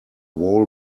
wall